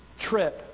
trip